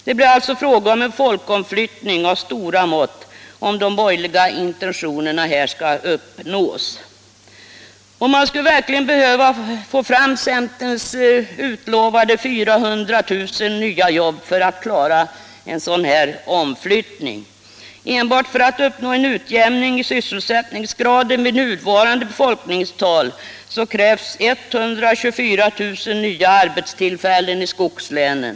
Det blir alltså fråga om en folkomflyttning av stora mått, om de borgerliga intentionerna skall uppnås. Och man skulle behöva få fram centerns utlovade 400 000 nya jobb för att klara en sådan omflyttning. Enbart för att uppnå en utjämning i sysselsättningsgrad vid nuvarande befolkningstal krävs 124 000 nya arbetstillfällen i skogslänen.